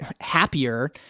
happier